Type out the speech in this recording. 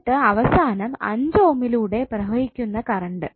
എന്നിട്ട് അവസാനം 5 ഓമിലൂടെ പ്രവഹിക്കുന്ന കറണ്ട്